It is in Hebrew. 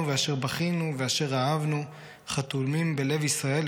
ואש בכינו ואשר אהבנו / חתומים בלב ישראל,